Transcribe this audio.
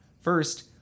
First